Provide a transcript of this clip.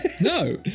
no